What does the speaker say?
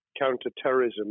counter-terrorism